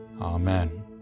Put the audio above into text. Amen